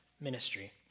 ministry